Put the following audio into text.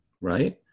right